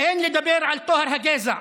אין לדבר על טוהר הגזע,